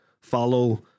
follow